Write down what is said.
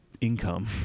income